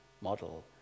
model